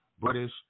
British